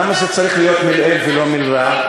למה זה צריך להיות מלעיל ולא מלרע?